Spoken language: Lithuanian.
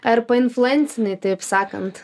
arba influencinai taip sakant